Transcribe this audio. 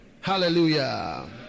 Hallelujah